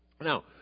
Now